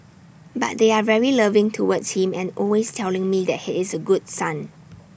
but they are very loving towards him and always telling me that he is A good son